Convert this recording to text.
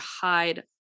hide